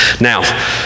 Now